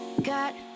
Got